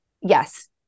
yes